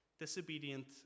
Disobedient